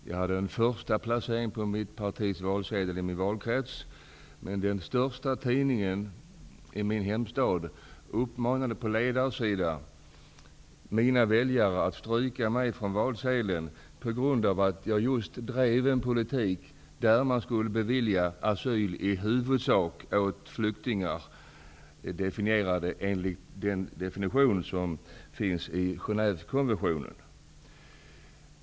Jag hade en förstaplacering på mitt partis valsedel i min valkrets, men den största tidningen i min hemstad uppmanade på ledarsidan mina väljare att stryka mig från valsedeln på grund av att jag just drev en politik som gick ut på att man skulle bevilja asyl i huvudsak åt flyktingar enligt Genèvekonventionens definition.